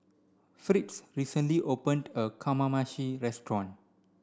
Fritz recently opened a Kamameshi restaurant